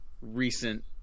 recent –